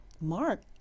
Mark